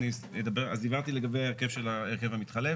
אז דיברתי לגבי ההרכב של ההרכב המתחלף